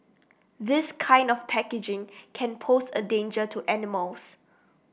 this kind of packaging can pose a danger to animals